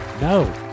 No